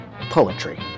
poetry